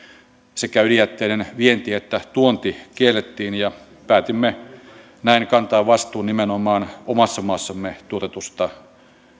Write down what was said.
sekä ydinjätteiden vienti että tuonti kiellettiin ja päätimme näin kantaa vastuun nimenomaan omassa maassamme tuotetusta